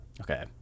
Okay